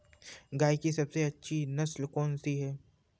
गाय की सबसे अच्छी नस्ल कौनसी है?